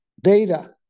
data